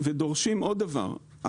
ודורשים עוד דבר,